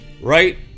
right